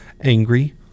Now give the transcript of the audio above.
angry